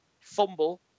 FUMBLE